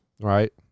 right